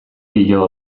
dio